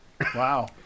Wow